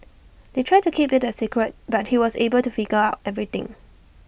they tried to keep IT A secret but he was able to figure out everything